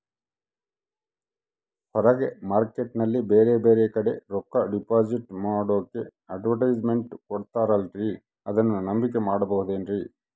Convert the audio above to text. ಹೊರಗೆ ಮಾರ್ಕೇಟ್ ನಲ್ಲಿ ಬೇರೆ ಬೇರೆ ಕಡೆ ರೊಕ್ಕ ಡಿಪಾಸಿಟ್ ಮಾಡೋಕೆ ಅಡುಟ್ಯಸ್ ಮೆಂಟ್ ಕೊಡುತ್ತಾರಲ್ರೇ ಅದನ್ನು ನಂಬಿಕೆ ಮಾಡಬಹುದೇನ್ರಿ?